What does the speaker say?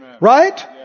Right